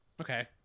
Okay